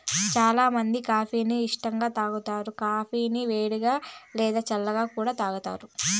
చానా మంది కాఫీ ని ఇష్టంగా తాగుతారు, కాఫీని వేడిగా, లేదా చల్లగా కూడా తాగుతారు